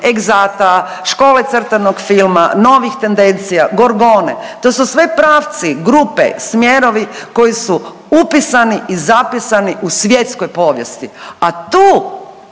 Exata, škole crtanog filma, novih tendencija, Gorgone, to su sve pravci, grupe, smjerovi koji su upisani i zapisani u svjetskoj povijesti, a tu